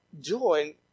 joy